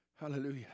Hallelujah